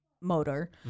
Motor